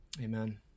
Amen